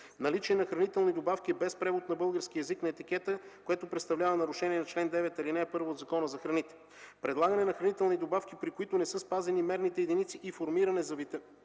наличие на хранителни добавки без превод на български език на етикета, което представлява нарушение на чл. 9, ал. 1 от Закона за храните; предлагане на хранителни добавки, при които не са спазени мерните единици и формите за витамините